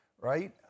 right